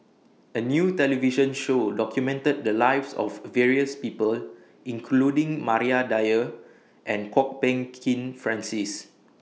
A New television Show documented The Lives of various People including Maria Dyer and Kwok Peng Kin Francis